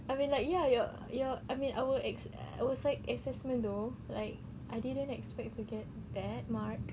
I mean like ya ya I mean our ex~ I would say assessments though like I didn't expect to get bad marks